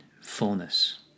fullness